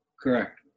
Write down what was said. Correct